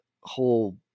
whole